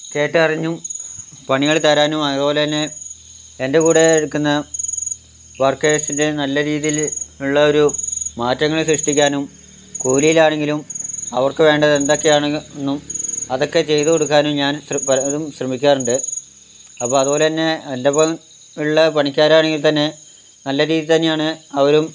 കേട്ടറിഞ്ഞും പണികൾ തരാനും അതുപോലെതന്നെ എൻ്റെ കൂടെ നിൽക്കുന്ന വർക്കേഴ്സിൻ്റെ നല്ല രീതിയിലുള്ളൊരു മാറ്റങ്ങൾ സൃഷ്ടിക്കാനും കൂലിയിലാണെങ്കിലും അവർക്ക് വേണ്ട എന്തൊക്കെയാണെന്നും അതൊക്കെ ചെയ്തു കൊടുക്കാനും ഞാൻ പലതും ശ്രമിക്കാറുണ്ട് അപ്പോൾ അതുപോലെതന്നെ എൻ്റെയൊപ്പം ഉള്ള പണിക്കാരാണെങ്കിൽ തന്നെ നല്ല രീതിയിൽ തന്നെയാണ് അവരും